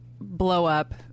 blow-up